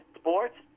sports